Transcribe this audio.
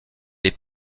les